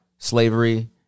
slavery